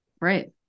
Right